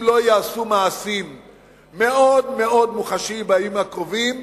אם לא ייעשו מעשים מאוד מאוד מוחשיים בימים הקרובים,